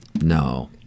No